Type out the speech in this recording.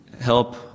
help